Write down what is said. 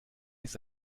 ist